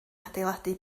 adeiladu